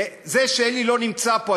וזה כשאלי לא נמצא פה,